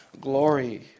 glory